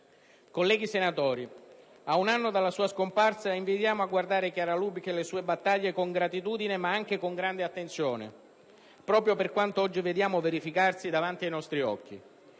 Colleghi senatori, ad un anno dalla sua scomparsa, invitiamo a guardare Chiara Lubich e le sue battaglie con gratitudine, ma anche con grande attenzione proprio per quanto oggi vediamo verificarsi davanti ai nostri occhi.